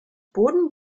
boden